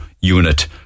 unit